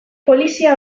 polizia